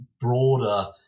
broader